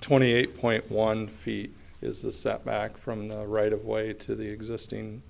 twenty eight point one feet is the setback from the right of way to the existing